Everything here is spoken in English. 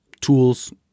tools